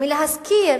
מלהזכיר